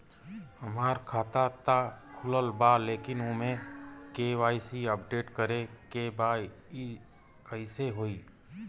हमार खाता ता खुलल बा लेकिन ओमे के.वाइ.सी अपडेट करे के बा कइसे होई?